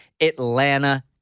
Atlanta